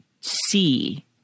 see